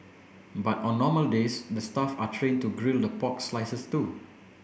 but on normal days the staff are trained to grill the pork slices too